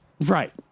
right